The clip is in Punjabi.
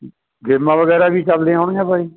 ਗੇਮਾਂ ਵਗੈਰਾ ਵੀ ਚੱਲਦੀਆਂ ਹੋਣਗੀਆਂ ਭਾਈ